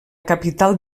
capital